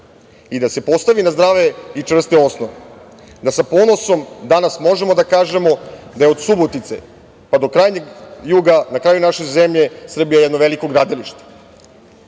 i da se postavi na zdrave i čvrste osnove, da sa ponosom danas možemo da kažemo da je od Subotice pa do krajnjeg juga, na kraju naše zemlje, Srbija jedno veliko gradilište. Sa